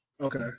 Okay